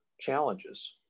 challenges